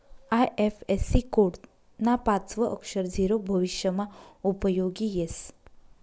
IFSC code ना पाचवं अक्षर झीरो भविष्यमा उपयोगी येस